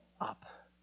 up